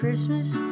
Christmas